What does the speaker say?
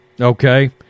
Okay